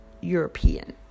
european